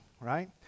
right